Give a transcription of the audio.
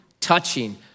touching